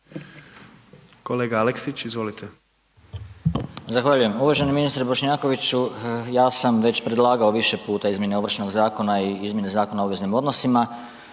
**Aleksić, Goran (SNAGA)** Zahvaljujem. Uvaženi ministre Bošnjakoviću. Ja sam predlagao već više puta izmjene Ovršnog zakona i izmjene Zakona o obveznim odnosima,